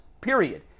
period